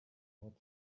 hot